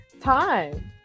time